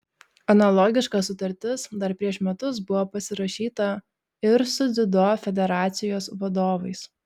analogiška sutartis dar prieš metus buvo pasirašyta ir su dziudo federacijos vadovais